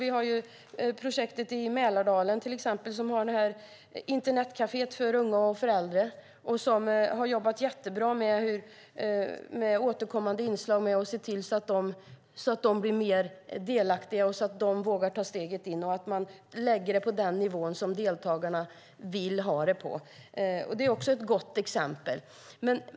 Vi har till exempel ett projekt i Mälardalen där man har ett internetkafé för unga och för äldre som har jobbat mycket bra med återkommande inslag för att se till att de blir mer delaktiga och vågar ta steget in. Man lägger det på den nivå som deltagarna vill ha det på. Det är också ett gott exempel.